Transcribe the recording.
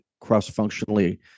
cross-functionally